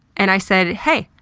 and i said, hey,